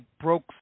broke